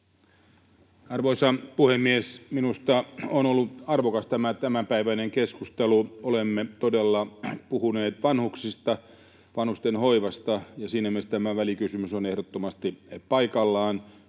Arvoisa puhemies! Minusta tämä tämänpäiväinen keskustelu on ollut arvokas. Olemme todella puhuneet vanhuksista, vanhustenhoivasta, ja siinä mielessä tämä välikysymys on ehdottomasti paikallaan